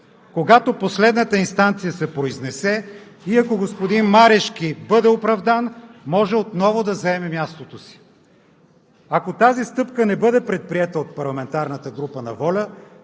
Когато последната инстанция се произнесе, и ако господин Марешки бъде оправдан, може отново да заеме мястото си. Ако тази стъпка не бъде предприета от парламентарната група на „ВОЛЯ